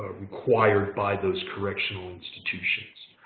ah required by those correctional institutions.